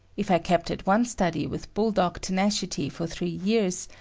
if i kept at one study with bull-dog tenacity for three years,